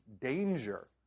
danger